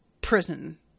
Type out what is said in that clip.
prison